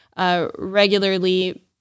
Regularly